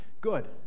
good